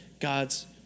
God's